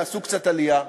תעשו קצת עלייה,